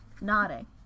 nodding